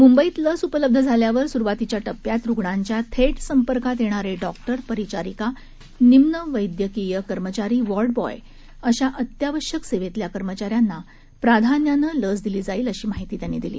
मुंबईत लस उपलब्ध झाल्यावर सुरुवातीच्या टप्प्यात रुग्णांच्या थेट संपर्कात येणारे डॉक्टर परिचारिका निम्नवद्क्रीय कर्मचारी वॉर्ड बॉय अशा अत्यावश्यक सेवेतल्या कर्मचाऱ्यांना प्रधान्यानं लस दिली जाईल अशी माहिती त्यांनी दिली